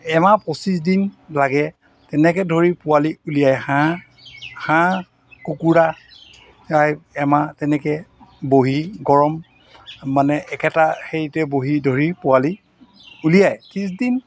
এমাহ পঁচিছ দিন লাগে তেনেকৈ ধৰি পোৱালি উলিয়াই হাঁহ হাঁহ কুকুৰা এমাহ এমাহ তেনেকৈ বহি গৰম মানে একেটা হেৰিতে বহি ধৰি পোৱালি উলিয়াই ত্ৰিছ দিন